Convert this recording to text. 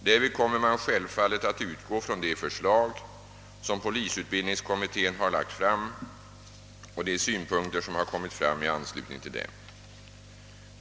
Därvid kommer man självfallet att utgå från de förslag som polisutbildningskommittén har lagt fram och de synpunkter som har kommit fram i anslutning till dem.